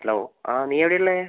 hello ആ നീ എവിടേ ഉള്ളത്